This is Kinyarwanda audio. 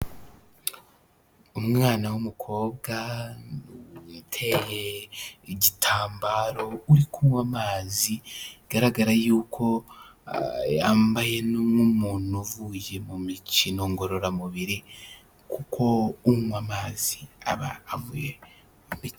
Umwana w'umukobwa uteye igitambaro uri kunywa amazi bigaragara yuko yambaye nk'umuntu uvuye mu mikino ngororamubiri, kuko unywa amazi aba avuye...